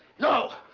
no.